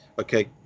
okay